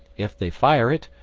if they fire it,